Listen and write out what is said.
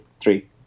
three